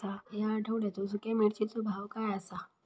या आठवड्याचो सुख्या मिर्चीचो भाव काय आसा?